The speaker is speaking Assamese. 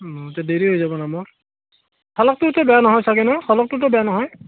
তেতিয়া দেৰি হৈ যাব ন মই শালকটোতো বেয়া নহয় চাগে ন শালকটোতো বেয়া নহয়